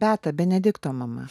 beata benedikto mama